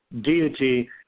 deity